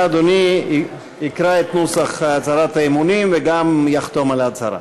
יקרא את נוסח הצהרת האמונים וגם יחתום על ההצהרה.